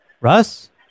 Russ